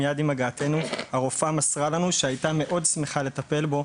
מייד עם הגעתנו הרופאה מסרה לנו שהייתה מאוד שמחה לטפל בו,